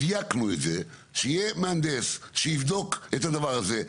שיהיה מהנדס שיבדוק את הדבר הזה.